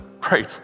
great